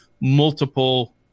multiple